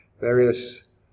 various